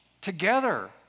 together